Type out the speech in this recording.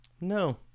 No